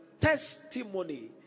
testimony